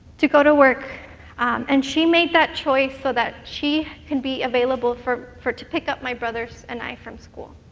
to go to work and she made that choice so that she can be available for for to pick up my brothers and i from school.